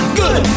good